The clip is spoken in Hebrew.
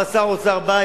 אבל שר האוצר בא,